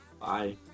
Bye